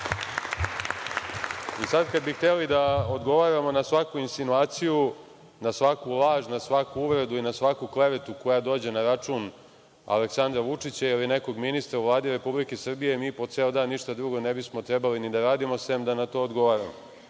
kada bi hteli da odgovaramo na svaku insinuaciju, na svaku laž, na svaku uvredu i svaku klevetu koja dođe na račun Aleksandra Vučića ili nekog ministra u Vladi Republike Srbije, mi po ceo dan ništa drugo ne bismo trebali da radimo sem da na to odgovaramo